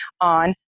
on